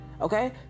okay